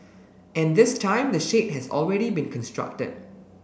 and this time the shade has already been constructed